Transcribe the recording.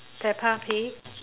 peppa pig